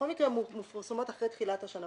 בכל מקרה הן מפורסמות אחרי תחילת השנה,